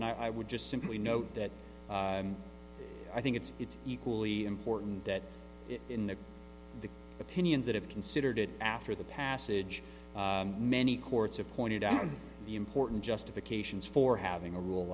and i would just simply note that i think it's it's equally important that in that the opinions that have considered after the passage many courts have pointed out the important justifications for having a rule